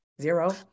Zero